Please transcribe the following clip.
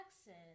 accent